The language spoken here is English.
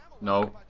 no